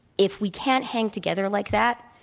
if we can't hang together like that,